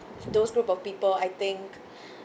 those group of people I think